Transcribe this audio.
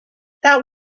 that